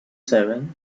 seven